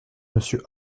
monsieur